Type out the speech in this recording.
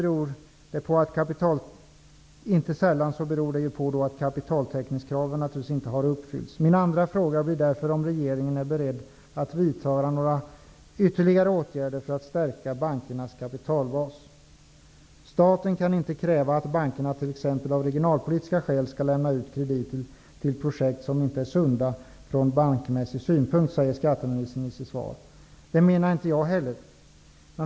Inte sällan beror detta på att kapitaltäckningskraven inte har uppfyllts. Därför vill jag fråga: Är regeringen beredd att vidta några ytterligare åtgärder för att stärka bankernas kapitalbas? Staten kan inte kräva att bankerna t.ex. av regionalpolitiska skäl skall lämna ut krediter till projekt som ur bankmässig synpunkt inte är sunda, säger skatteministern i sitt svar. Det menar inte jag heller.